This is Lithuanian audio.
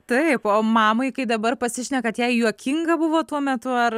taip o mamai kai dabar pasišnekat jai juokinga buvo tuo metu ar